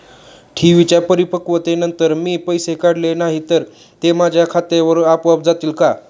ठेवींच्या परिपक्वतेनंतर मी पैसे काढले नाही तर ते माझ्या खात्यावर आपोआप जातील का?